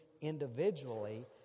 individually